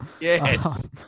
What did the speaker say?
Yes